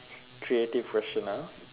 creative question ah